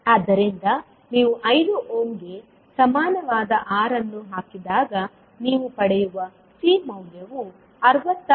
ಆದ್ದರಿಂದ ನೀವು 5 ಓಮ್ ಗೆ ಸಮಾನವಾದ R ಅನ್ನು ಹಾಕಿದಾಗ ನೀವು ಪಡೆಯುವ C ಮೌಲ್ಯವು 66